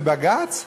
בבג"ץ,